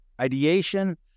ideation